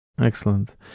excellent